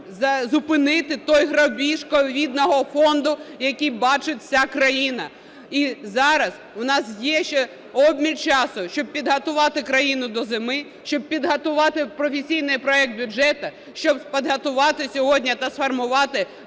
зупинити той грабіж ковідного фонду, який бачить вся країна. І зараз у нас є ще обмаль часу, щоб підготувати країну до зими, щоб підготувати професійний проект бюджету, щоб підготувати сьогодні та сформувати